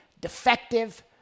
defective